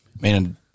Man